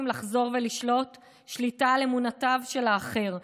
לחזור ולשלוט שליטה על אמונותיו של האחר,